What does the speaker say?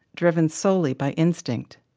driven solely by instinct,